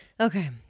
Okay